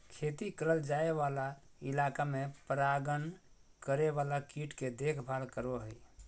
खेती करल जाय वाला इलाका में परागण करे वाला कीट के देखभाल करो हइ